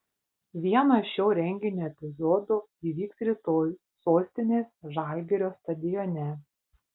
vienas šio renginio epizodų įvyks rytoj sostinės žalgirio stadione